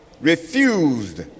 refused